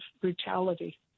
brutality